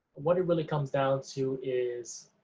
what it really comes down to is,